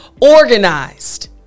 organized